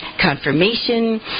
confirmation